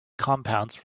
compounds